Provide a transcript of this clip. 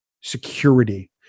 security